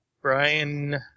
Brian